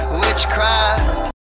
witchcraft